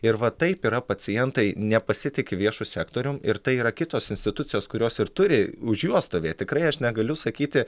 ir va taip yra pacientai nepasitiki viešu sektorium ir tai yra kitos institucijos kurios ir turi už juos stovėt tikrai aš negaliu sakyti